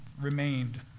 remained